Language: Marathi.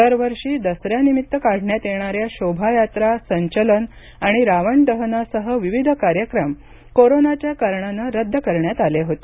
दरवर्षी दसऱ्यानिमित्त काढण्यात येणाऱ्या शोभायात्रा संचलन आणि रावणदहनासह विविध कार्यक्रम कोरोनाच्या कारणानं रद्द करण्यात आले होते